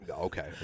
Okay